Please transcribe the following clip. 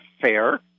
fair